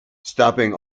stopping